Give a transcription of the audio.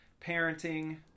parenting